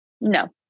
no